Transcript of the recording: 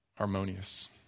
harmonious